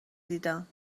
دیدم